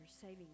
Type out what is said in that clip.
saving